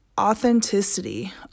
authenticity